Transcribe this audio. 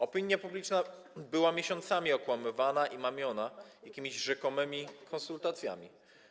Opinia publiczna była miesiącami okłamywana i mamiona jakimiś rzekomymi konsultacjami.